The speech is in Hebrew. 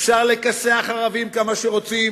אפשר לכסח ערבים כמה שרוצים,